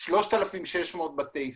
3,600 בתי ספר.